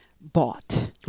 bought